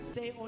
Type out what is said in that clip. Say